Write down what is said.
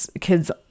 kids